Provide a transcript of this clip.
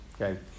Okay